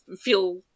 feel